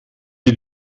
wir